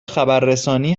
خبررسانی